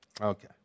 Okay